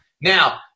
Now